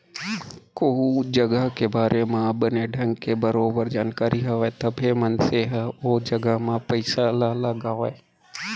कोहूँ जघा के बारे म बने ढंग के बरोबर जानकारी हवय तभे मनसे ह ओ जघा म पइसा ल लगावय